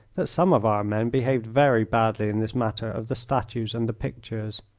that some of our men behaved very badly in this matter of the statues and the pictures.